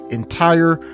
entire